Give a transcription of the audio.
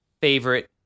favorite